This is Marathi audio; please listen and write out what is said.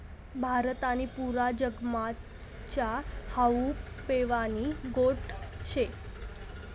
भारत आणि पुरा जगमा च्या हावू पेवानी गोट शे